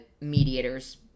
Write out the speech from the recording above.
mediators